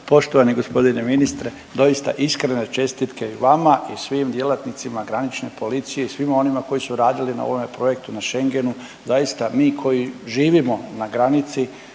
Poštovani g. ministre, doista iskrene čestitke i vama i svim djelatnicima granične policije i svima onima koji su radili na ovome projektu na Schengenu. Zaista, mi koji živimo na granici,